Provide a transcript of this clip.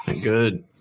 Good